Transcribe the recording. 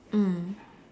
mm